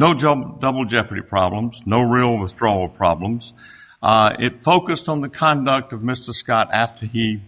no job double jeopardy problems no real withdrawal problems it focused on the conduct of mr scott after he